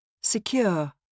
Secure